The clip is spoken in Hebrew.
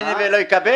ייתן ולא יקבל?